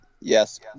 Yes